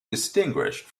distinguished